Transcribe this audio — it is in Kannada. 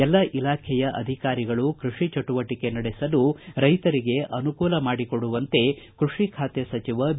ಎಲ್ಲಾ ಇಲಾಖೆಯ ಅಧಿಕಾರಿಗಳು ಕೃಷಿ ಚಟುವಟಿಕೆ ನಡೆಸಲು ರೈತರಿಗೆ ಅನುಕೂಲ ಮಾಡಿಕೊಡುವಂತೆ ಕೃಷಿ ಖಾತೆ ಸಚಿವ ಬಿ